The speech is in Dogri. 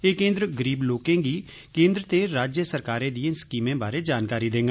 एह् केंद्र गरीब लोकें गी केंद्र ते राज्य सरकारें दिएं स्कीमें बारै जानकारी देंडन